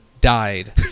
died